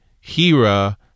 Hira